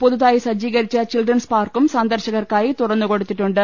പുതുതായി സജ്ജീകരിച്ച ചിൽഡ്രൻസ് പാർക്കും സന്ദർശകർക്കായി തുറന്നുകൊടുത്തിട്ടുണ്ട്